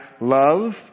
love